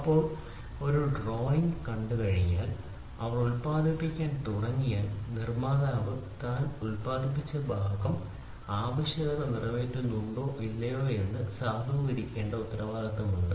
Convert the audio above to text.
ഇപ്പോൾ അവർ ഒരു ഡ്രോയിംഗ് കണ്ടുകഴിഞ്ഞാൽ അവർ ഉത്പാദിപ്പിക്കാൻ തുടങ്ങിയാൽ നിർമ്മാതാവ് തന്റെ ഉൽപ്പാദിപ്പിച്ച ഭാഗം ആവശ്യകത നിറവേറ്റുന്നുണ്ടോ ഇല്ലയോ എന്ന് സാധൂകരിക്കേണ്ടത് ഉത്തരവാദിത്തമാണ്